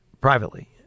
Privately